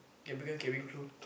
can become cabin crew